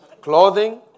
Clothing